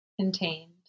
contained